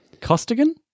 Costigan